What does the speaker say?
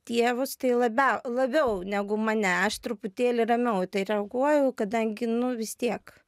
tėvus tai labiau labiau negu mane aš truputėlį ramiau į tai reaguoju kadangi nu vis tiek